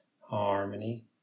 harmony